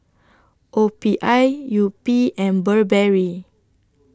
O P I Yupi and Burberry